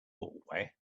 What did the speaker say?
hallway